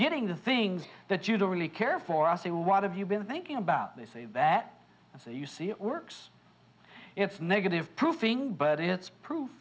getting the things that you don't really care for us what have you been thinking about this is that if you see it works it's negative proofing but it's pro